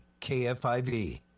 KFIV